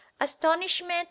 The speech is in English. astonishment